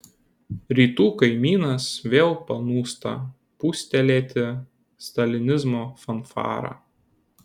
rytų kaimynas vėl panūsta pūstelėti stalinizmo fanfarą